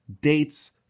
dates